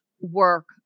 work